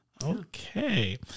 Okay